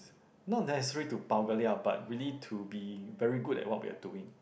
not necessarily to bao-ka-liao but really to be very good at what we are doing